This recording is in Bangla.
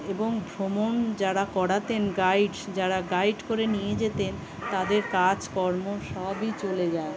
এবং ভ্রমণ যারা করাতেন গাইডস যারা গাইড করে নিয়ে যেতেন তাদের কাজকর্ম সবই চলে যায়